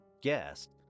guest